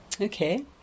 Okay